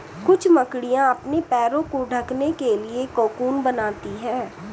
कुछ मकड़ियाँ अपने पैरों को ढकने के लिए कोकून बनाती हैं